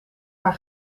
haar